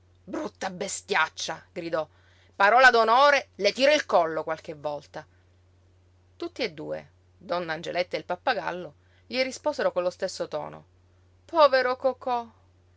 brutta bestiaccia gridò parola d'onore le tiro il collo qualche volta tutti e due donna angeletta e il pappagallo gli risposero con lo stesso tono povero cocò